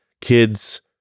kids